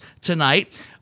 tonight